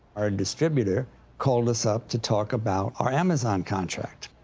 our distributor called us up to talk about our amazon contract.